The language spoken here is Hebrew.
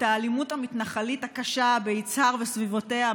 האלימות המתנחלית הקשה ביצהר ובסביבותיה,